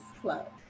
Club